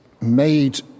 made